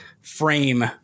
frame